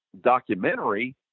documentary